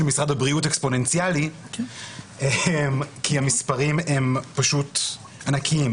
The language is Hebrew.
משרד הבריאות "אקספוננציאלי" כי המספרים הם פשוט ענקיים.